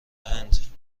هند